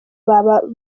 baba